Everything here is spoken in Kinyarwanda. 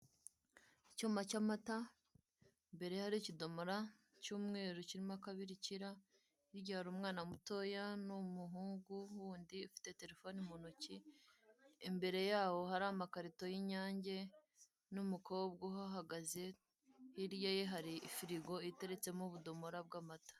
Icyuma cy'amata imbere hari ikidomora cy'umweru kirimo akabirikira hirya hari umwana mutoya n'umuhungu wundi ufite terefone mu ntoki imbere yaho hari amakarito y'inyange n'umukobwa uhahagaze hirya ye hari firigo iteretsemo ubudomora bw'amata.